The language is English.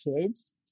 kids